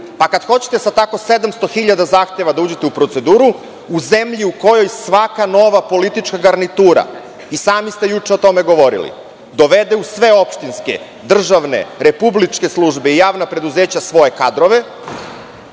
Kada hoćete sa tako 700 hiljada zahteva da uđete u proceduru, u zemlji i kojoj svaka nova politička garnitura, i sami ste juče o tome govorili, dovede u sve opštinske, državne, republičke službe i javna preduzeća svoje kadrove,